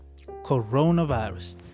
coronavirus